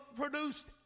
produced